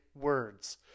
words